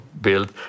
built